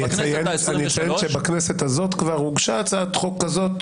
אני אציין שבכנסת הזאת כבר הוגשה הצעת חוק כזאת